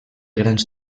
grans